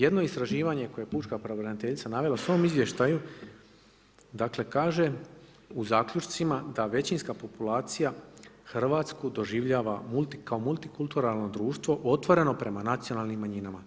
Jedno istraživanje koje je Pučka pravobraniteljica navela u svom izvještaju, dakle kaže u zaključcima da većinska populacija Hrvatsku doživljava kao multikulturalno društvo otvoreno prema nacionalnim manjinama.